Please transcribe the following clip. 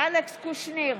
אלכס קושניר,